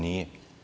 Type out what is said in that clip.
Nije.